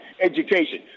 education